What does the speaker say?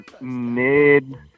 mid